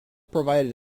provided